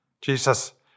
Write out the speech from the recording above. Jesus